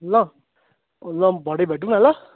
ल ल भरै भेटौँ न ल